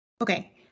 Okay